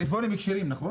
אלה טלפונים כשרים, נכון?